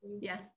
yes